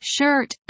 Shirt